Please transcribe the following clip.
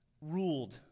ruled